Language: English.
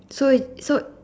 so it's so